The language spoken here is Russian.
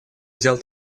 взял